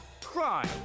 crime